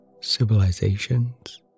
civilizations